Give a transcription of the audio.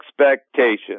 expectations